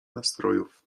nastrojów